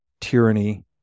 tyranny